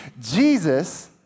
Jesus